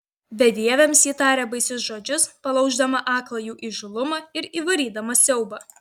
bedieviams ji tarė baisius žodžius palauždama aklą jų įžūlumą ir įvarydama siaubą